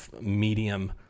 medium